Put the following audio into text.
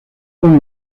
con